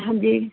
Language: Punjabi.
ਹਾਂਜੀ